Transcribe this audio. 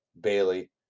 Bailey